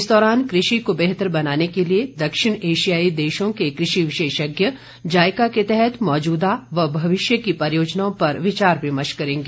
इस दौरान कृषि को बेहतर बनाने के लिए दक्षिण एशियाई देशों के कृषि विशेषज्ञ इन देशों में जायका के तहत मौजूदा व भविष्य की परियोजनाओं पर विचार विमर्श करेंगे